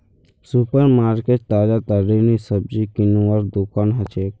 super market ताजातरीन सब्जी किनवार दुकान हछेक